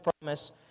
promise